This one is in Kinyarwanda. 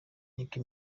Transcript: nicki